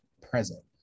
present